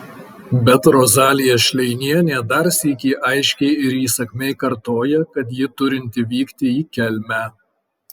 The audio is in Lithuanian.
bet rozalija šleinienė dar sykį aiškiai ir įsakmiai kartoja kad ji turinti vykti į kelmę